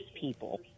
people